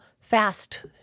fast